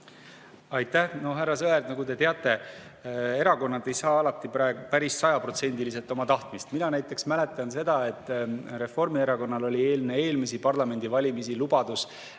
Aitäh! Härra Sõerd, nagu te teate, erakonnad ei saa alati päris sajaprotsendiliselt oma tahtmist. Mina näiteks mäletan seda, et Reformierakonnal oli enne eelmisi parlamendivalimisi lubadus